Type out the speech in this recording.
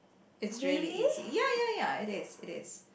it's really easy ya ya ya it is it is